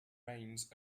reigns